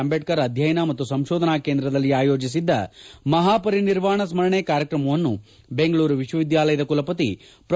ಅಂಬೇಡ್ಕರ್ ಅಧ್ಯಯನ ಮತ್ತು ಸಂಶೋಧನಾ ಕೇಂದ್ರದಲ್ಲಿ ಆಯೋಜಿಸಿದ್ದ ಮಹಾ ಪರಿನಿರ್ವಾಣ ಸ್ಕರಣೆ ಕಾರ್ಯಕ್ರಮವನ್ನು ಬೆಂಗಳೂರು ವಿಶ್ವವಿದ್ಯಾಲಯದ ಕುಲಪತಿ ಪ್ರೊ